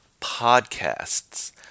Podcasts